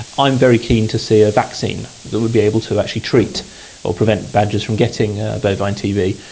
i'm very keen to see a vaccine that would be able to actually treat or prevent badgers from getting bovine tb.